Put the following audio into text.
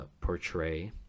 portray